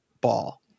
ball